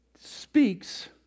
speaks